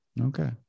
Okay